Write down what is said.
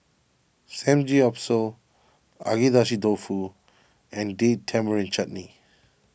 Samgeyopsal Agedashi Dofu and Date Tamarind Chutney